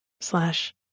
slash